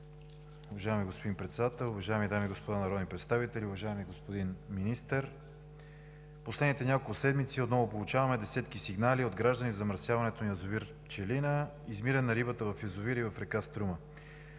Уважаеми господин Председател, уважаеми дами и господа народни представители! Уважаеми господин Министър, в последните няколко седмици отново получаваме десетки сигнали от граждани за замърсяването на язовир „Пчелина“, измиране на рибата в язовира и в река Струма.